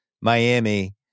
Miami